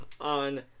on